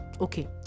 Okay